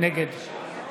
נגד